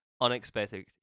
unexpected